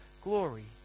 glory